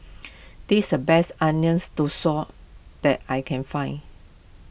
this is the best Onion Thosai that I can find